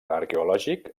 arqueològic